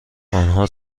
آنها